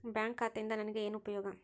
Bank ಖಾತೆಯಿಂದ ನನಗೆ ಏನು ಉಪಯೋಗ?